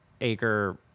acre